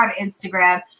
Instagram